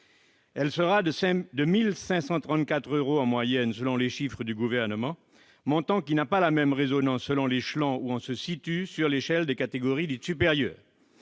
Elle sera de 1 534 euros en moyenne, selon les chiffres du Gouvernement, montant qui n'a pas la même résonance selon l'endroit où l'on se situe sur l'échelle des catégories dites « supérieures